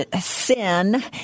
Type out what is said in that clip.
Sin